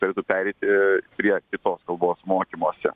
turėtų pereiti prie kitos kalbos mokymosi